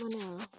সিমানে আৰু